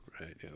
right